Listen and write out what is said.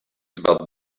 about